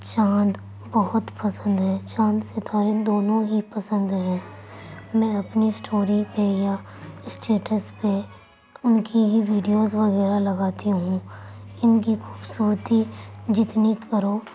چاند بہت پسند ہے چاند ستارے دونوں ہی پسند ہیں میں اپنی سٹوری پہ یا اسٹیٹس پہ ان کی ہی ویڈیوز وغیرہ لگاتی ہوں ان کی خوبصورتی جتنی کرو